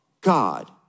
God